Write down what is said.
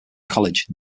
college